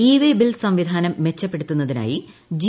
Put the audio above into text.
E way bill സംവിക്കുന്നു മെച്ചപ്പെടുത്തുന്നതിനായി G